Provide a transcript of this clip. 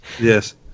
Yes